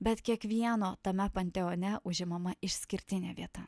bet kiekvieno tame panteone užimama išskirtinė vieta